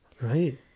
Right